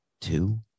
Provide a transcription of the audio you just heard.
two